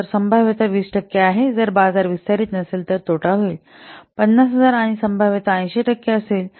तर संभाव्यता 20 टक्के आहे जर बाजार विस्तारत नसेल तर तोटा होईल 50000 आणि संभाव्यता 80 टक्के असेल